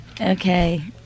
Okay